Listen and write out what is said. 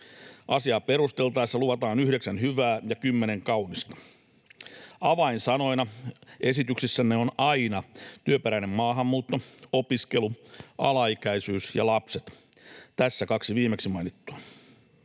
Asiaa perusteltaessa luvataan yhdeksän hyvää ja kymmenen kaunista. Avainsanoina esityksissänne ovat aina työperäinen maahanmuutto, opiskelu, alaikäisyys ja lapset — tässä kaksi viimeksi mainittua.